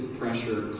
pressure